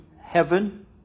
heaven